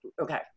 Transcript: okay